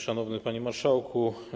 Szanowny Panie Marszałku!